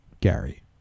Gary